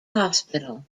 hospital